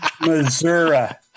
Missouri